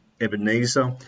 Ebenezer